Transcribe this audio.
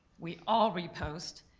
we all repost,